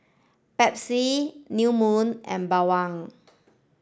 Pepsi New Moon and Bawang